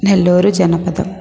नेल्लूरुजनपदं